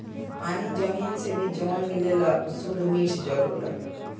पानी जमीन से भी जवन मिलेला उ सुद्ध मिठ जल होला